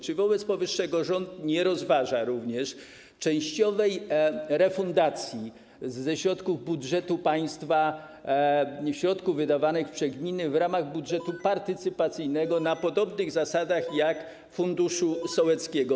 Czy wobec powyższego rząd nie rozważa również częściowej refundacji ze środków budżetu państwa środków wydawanych przez gminy w ramach budżetu partycypacyjnego na podobnych zasadach jak w przypadku funduszu sołeckiego?